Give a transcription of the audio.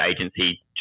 agency